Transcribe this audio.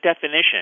definition